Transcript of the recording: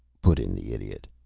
put in the idiot.